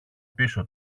πίσω